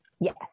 Yes